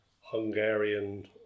Hungarian